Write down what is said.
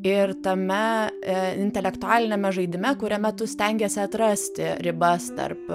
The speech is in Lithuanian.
ir tame intelektualiniame žaidime kuriame tu stengiesi atrasti ribas tarp